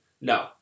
No